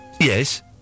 Yes